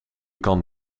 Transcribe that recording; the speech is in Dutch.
kan